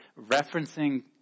referencing